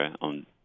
on